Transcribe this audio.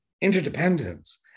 interdependence